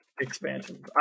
Expansion